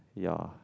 ya